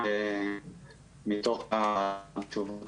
אני רואה שיש תקלה בזום עם אמוץ.